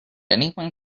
anyone